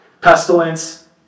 Pestilence